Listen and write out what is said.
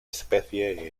especie